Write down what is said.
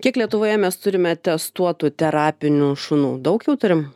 kiek lietuvoje mes turime testuotų terapinių šunų daug jau turim